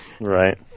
Right